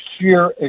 sheer